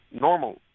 normal